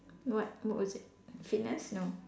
what what was it fitness no